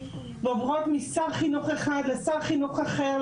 ועוברות משר חינוך אחד לשר חינוך אחר,